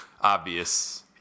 obvious